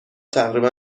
تقریبا